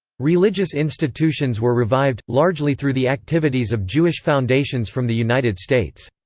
religious institutions were revived, largely through the activities of jewish foundations from the united states.